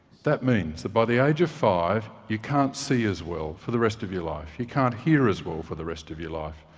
that means that by the age of five, you can't see as well for the rest of your life. you can't hear as well for the rest of your life.